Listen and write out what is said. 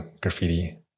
graffiti